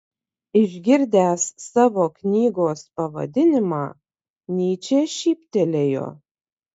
išgirdęs savo knygos pavadinimą nyčė šyptelėjo